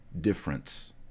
difference